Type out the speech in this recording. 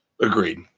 Agreed